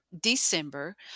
December